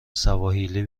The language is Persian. سواحیلی